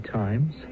times